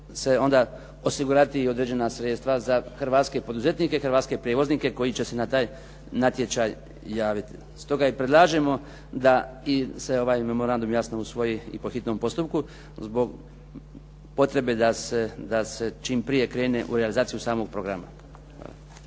će se osigurati i određena sredstva za hrvatske poduzetnike, hrvatske prijevoznike koji će se na taj natječaj javiti. Stoga i predlažemo da se ovaj memorandum jasno usvoji i po hitnom postupku zbog potrebe da se čim prije krene u realizaciju samog programa.